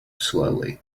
slowly